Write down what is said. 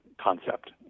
concept